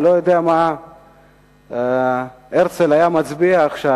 הוא לא יודע מה הרצל היה מצביע עכשיו.